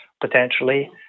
potentially